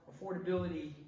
affordability